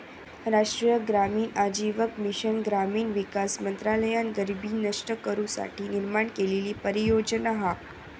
राष्ट्रीय ग्रामीण आजीविका मिशन ग्रामीण विकास मंत्रालयान गरीबी नष्ट करू साठी निर्माण केलेली परियोजना हा